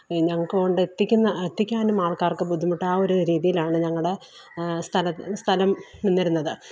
ഈ ഞങ്ങൾക്ക് കൊണ്ട് എത്തിക്കുന്ന എത്തിക്കാനും ആള്ക്കാര്ക്ക് ബുദ്ധിമുട്ട് ആ ഒരു രീതിയിലാണ് ഞങ്ങളുടെ സ്ഥലം സ്ഥലം നിന്നിരുന്നത്